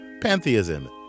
pantheism